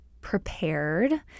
prepared